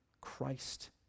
Christ